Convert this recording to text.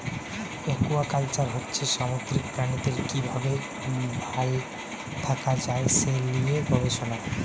aquaculture হচ্ছে সামুদ্রিক প্রাণীদের কি ভাবে ভাল থাকা যায় সে লিয়ে গবেষণা